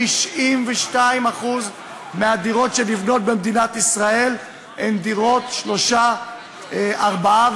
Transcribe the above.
הצעת החוק הזאת מדברת על הגדלת ההיצע של דירות שלושה חדרים.